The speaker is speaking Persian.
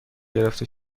گرفته